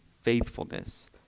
faithfulness